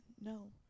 no